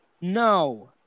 No